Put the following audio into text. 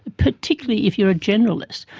particularly if you are generalist.